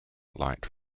light